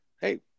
hey